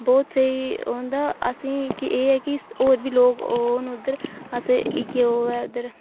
बहुत स्हेई होंदा असेंई एह् ऐ की होर बी लोक औन उद्धर असें इयै ओह् ऐ उद्धर ठीक ऐ